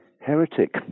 heretic